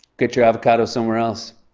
get your avocado somewhere else.